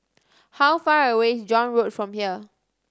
how far away is John Road from here